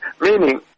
Meaning